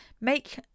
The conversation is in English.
make